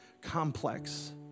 complex